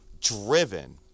Driven